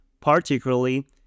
particularly